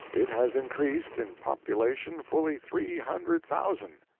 it has increased in population fully three hundred thousand.